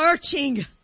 searching